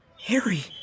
Harry